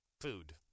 food